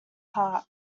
heart